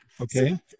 Okay